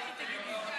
לכי תגידי לו.